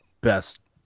best